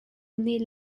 nih